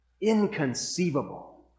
inconceivable